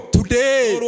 today